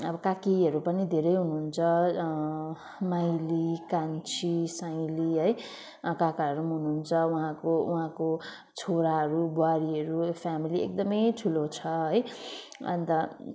अब काकीहरू पनि धेरै हुनुहुन्छ माइली कान्छी साइली है काकाहरू पनि हुनुहुन्छ उहाँको उहाँको छोराहरू बुहारीहरू ए फ्यामिली एकदमै ठुलो छ है अन्त